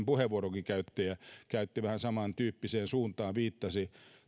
puheenvuoron käyttäjä käyttäjä vähän samantyyppiseen suuntaan viittasi